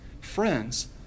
Friends